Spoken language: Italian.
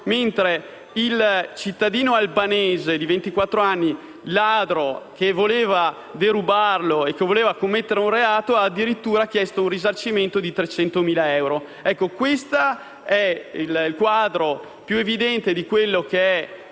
mentre il cittadino albanese, di ventiquattro anni, ladro, che voleva derubarlo e voleva dunque commettere un reato, ha addirittura chiesto un risarcimento di 300.000 euro. Questo è il quadro più evidente di ciò che è